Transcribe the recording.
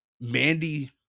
Mandy